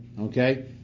Okay